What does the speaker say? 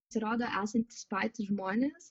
pasirodo esantys patys žmonės